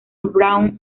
braun